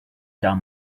down